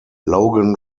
logan